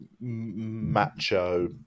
macho